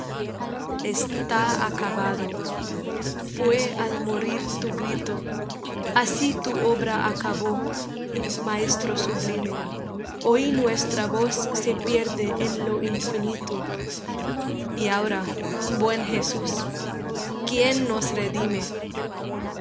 está acabado fué al morir tu grito así tu obra acabó maestro sublime hoy nuestra voz se pierde en lo infinito y ahora buen jesús quién nos redime